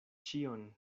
ĉion